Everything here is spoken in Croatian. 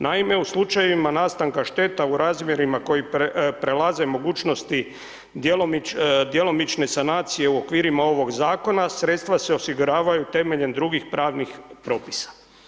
Naime, u slučajevima nastanka šteta u razmjerima koji prelaze mogućnosti djelomične sanacije u okvirima ovog zakona, sredstva se osiguravaju temeljem drugih pravnih propisa.